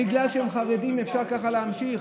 בגלל שהם חרדים אפשר ככה להמשיך?